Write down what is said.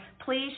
Please